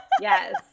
Yes